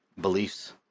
beliefs